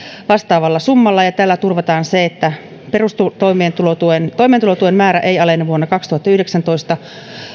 vastaavalla summalla ja tällä turvataan se että toimeentulotuen toimeentulotuen määrä ei alene vuonna kaksituhattayhdeksäntoista